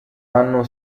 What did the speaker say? anno